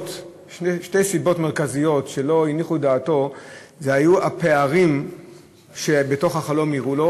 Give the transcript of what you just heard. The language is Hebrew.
שתי סיבות מרכזיות לכך שהם לא הניחו את דעתו היו הפערים שנראו לו